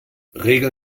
regel